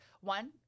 one